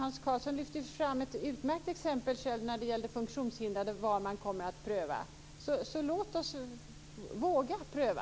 Hans Karlsson lyfte själv fram ett utmärkt exempel på vad man kommer att pröva när det gäller funktionshindrade. Låt oss våga pröva!